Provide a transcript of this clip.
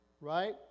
right